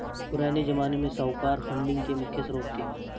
पुराने ज़माने में साहूकार फंडिंग के मुख्य श्रोत थे